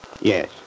Yes